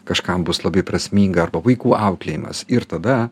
kažkam bus labai prasminga arba vaikų auklėjimas ir tada